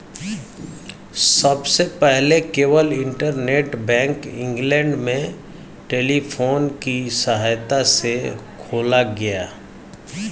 सबसे पहले केवल इंटरनेट बैंक इंग्लैंड में टेलीफोन की सहायता से खोला गया